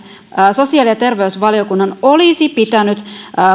sosiaali ja terveysvaliokunnan olisi pitänyt